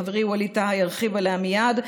חברי ווליד טאהא ירחיב עליה מייד.